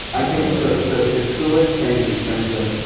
i think the the coolest thing in terms of